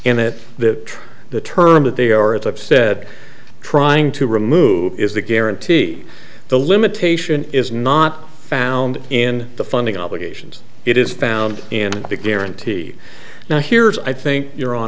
in it that the term that they are as i've said trying to remove is the guarantee the limitation is not found in the funding obligations it is found in the guarantee now here's i think your hon